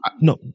no